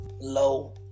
low